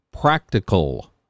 practical